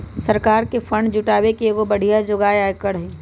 सरकार के फंड जुटावे के एगो बढ़िया जोगार आयकर हई